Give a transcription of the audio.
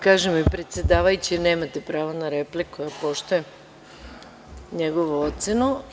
Kaže mi predsedavajući da nemate pravo na repliku i poštujem njegovu ocenu.